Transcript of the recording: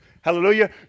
Hallelujah